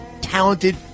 talented